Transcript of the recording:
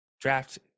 draft